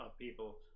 people